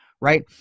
right